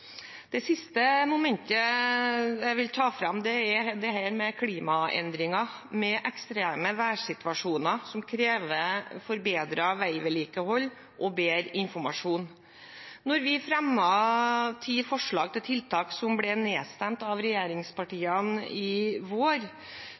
Det siste momentet jeg vil ta fram, er klimaendringer med ekstreme værsituasjoner som krever forbedret veivedlikehold og bedre informasjon. Vi fremmet ti forslag til tiltak som ble nedstemt av